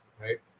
right